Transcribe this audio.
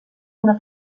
una